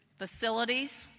facilities,